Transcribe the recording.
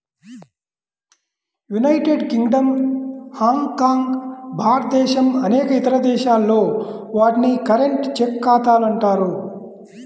United Kingdom, Hong Kong, భారతదేశం అనేక ఇతర దేశాల్లో, వాటిని కరెంట్, చెక్ ఖాతాలు అంటారు